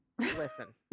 Listen